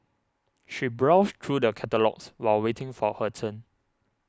she browsed through the catalogues while waiting for her turn